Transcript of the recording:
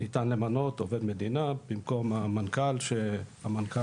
ניתן למנות עובד מדינה במקום המנכ"ל כשהמנכ"ל